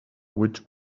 which